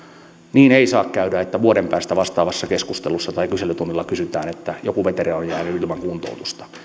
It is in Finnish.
niin ei saa käydä että vuoden päästä vastaavassa keskustelussa tai kyselytunnilla sanotaan että joku veteraani on jäänyt ilman kuntoutusta